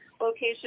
location